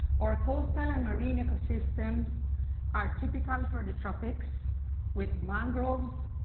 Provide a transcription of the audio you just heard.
our coastal and marine ecosystems are typical for the tropics with mangroves,